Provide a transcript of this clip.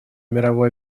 мировой